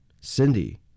Cindy